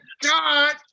God